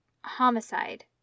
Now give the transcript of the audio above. homicide